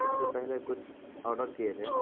اس سے پہلے کچھ آڈر کیے تھے